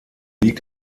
liegt